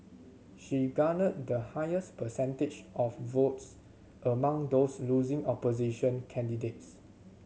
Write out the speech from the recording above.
she garnered the highest percentage of votes among those losing opposition candidates